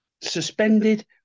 suspended